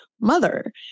mother